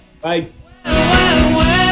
Bye